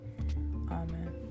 amen